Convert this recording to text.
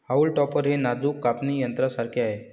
haulm topper हे नाजूक कापणी यंत्रासारखे आहे